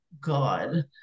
God